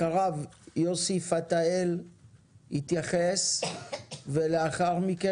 אחריו יוסי פתאל יתייחס ולאחר מכן